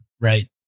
Right